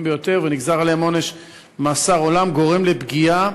ביותר ונגזר עליהם עונש מאסר עולם גורם לפגיעה